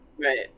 right